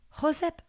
josep